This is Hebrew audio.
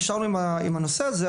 נשארנו עם הנושא הזה,